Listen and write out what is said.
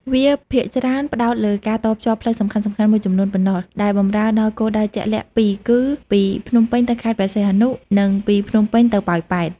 វាភាគច្រើនផ្តោតលើការតភ្ជាប់ផ្លូវសំខាន់ៗមួយចំនួនប៉ុណ្ណោះ ដែលបម្រើដល់គោលដៅជាក់លាក់ពីរគឺ ពីភ្នំពេញទៅខេត្តព្រះសីហនុ និងពីភ្នំពេញទៅប៉ោយប៉ែត។